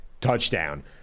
touchdown